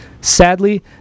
Sadly